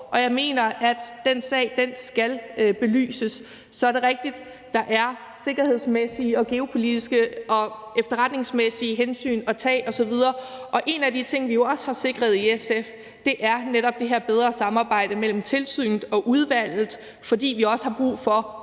og jeg mener, at den sag skal belyses. Så er det rigtigt, at der er sikkerhedsmæssige, geopolitiske og efterretningsmæssige hensyn at tage osv., og en af de ting, vi jo også har sikret i SF, er netop det her bedre samarbejde mellem tilsynet og udvalget, fordi vi har brug for